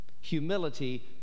Humility